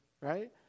right